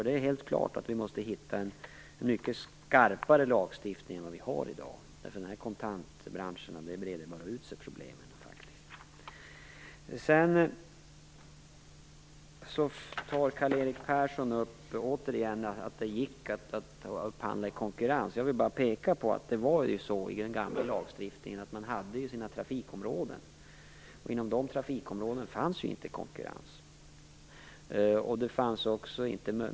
Det är helt klart att vi måste hitta en mycket skarpare lagstiftning än den vi har i dag, ty problemen breder ut sig i de här kontantbranscherna. Sedan säger Karl-Erik Persson att det gick att upphandla i konkurrens. Jag vill då peka på att man i den gamla lagstiftningen hade sina trafikområden. Inom dessa fanns det ingen konkurrens.